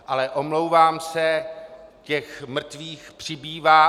Ale omlouvám se, těch mrtvých přibývá.